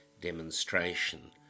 demonstration